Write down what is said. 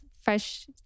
fresh